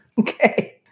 Okay